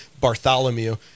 Bartholomew